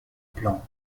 plan